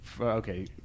Okay